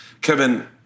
Kevin